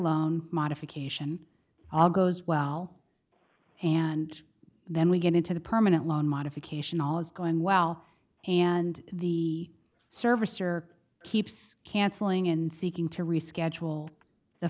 loan modification all goes well and then we get into the permanent loan modification all is going well and the servicer keeps cancelling and seeking to reschedule the